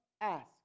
ask